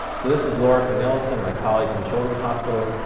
so this is laura cornelissen, my colleague from children's hospital,